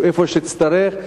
איפה שתצטרך,